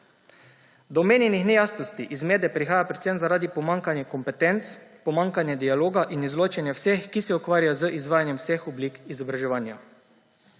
Do omenjenih nejasnosti in zmede prihaja predvsem zaradi pomanjkanja kompetenc, pomanjkanja dialoga in izločanja vseh, ki se ukvarjajo z izvajanjem vseh oblik izobraževanja.